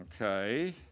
Okay